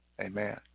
Amen